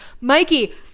Mikey